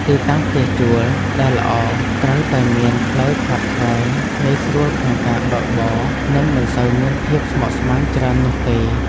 ទីតាំងផ្ទះជួលដែលល្អត្រូវតែមានផ្លូវខ្វាត់ខ្វែងងាយស្រួលក្នុងការបើកបរនិងមិនសូវមានភាពស្មុគស្មាញច្រើននោះទេ។